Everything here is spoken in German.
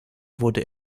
wurde